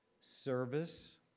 service